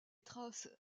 traces